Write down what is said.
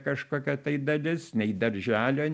kažkokia tai dalis nei darželio